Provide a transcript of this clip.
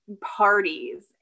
parties